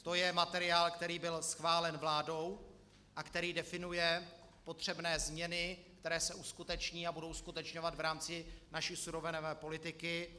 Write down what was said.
To je materiál, který byl schválen vládou a který definuje potřebné změny, které se uskuteční a budou uskutečňovat v rámci naší surovinové politiky.